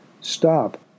Stop